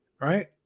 right